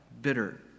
bitter